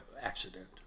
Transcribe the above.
accident